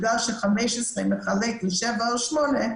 בגלל ש-15 לחלק ל-7 או 8,